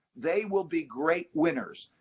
they will be great winners.